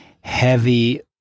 heavy